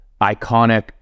iconic